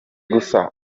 gusa